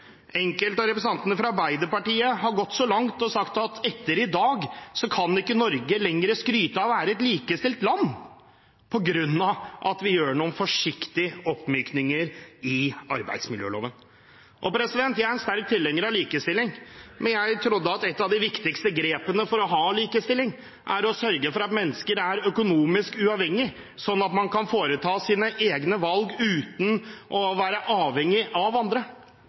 Enkelte av representantene fra Arbeiderpartiet har gått så langt som til å si at etter i dag kan ikke Norge lenger skryte av å være et likestilt land på grunn av at vi gjør noen forsiktige oppmykninger i arbeidsmiljøloven. Jeg er en sterk tilhenger av likestilling, men jeg trodde at et av de viktigste grepene for å ha likestilling er å sørge for at mennesker er økonomisk uavhengige, sånn at man kan foreta sine egne valg, uten å være avhengig av andre.